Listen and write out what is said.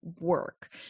work